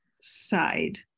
side